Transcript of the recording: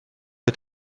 est